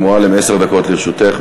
מועלם, עשר דקות לרשותך.